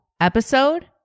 episode